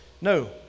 No